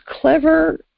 clever